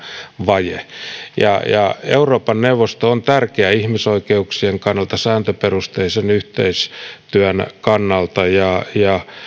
vaje euroopan neuvosto on tärkeä ihmisoikeuksien kannalta sääntöperusteisen yhteistyön kannalta ja